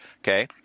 okay